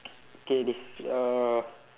okay this uh